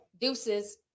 deuces